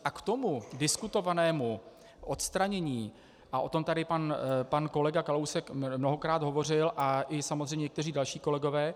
A k tomu diskutovanému odstranění a o tom tady pan kolega Kalousek mnohokrát hovořil a i samozřejmě někteří další kolegové.